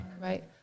right